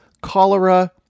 cholera